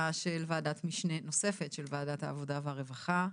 של ועדת משנה נוספת של ועדת העבודה והרווחה.